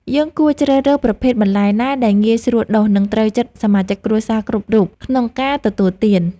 យើងគួរជ្រើសរើសប្រភេទបន្លែណាដែលងាយស្រួលដុះ និងត្រូវចិត្តសមាជិកគ្រួសារគ្រប់រូបក្នុងការទទួលទាន។